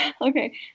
okay